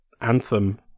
anthem